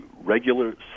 regular